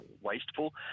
wasteful